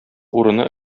урыны